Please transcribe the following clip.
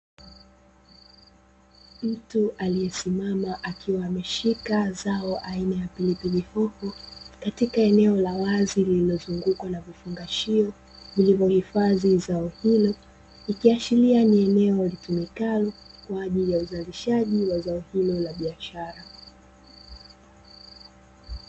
Mtu aliyesimama akiwa ameshika zao aina ya pilipili hoho katika eneo la wazi lililozungukwa na vifungashio vilivyohifadhiwa zao hilo, ikiashiria ni eneo litumikalo kwa ajili ya uzalishaji wa zao hilo la biashara.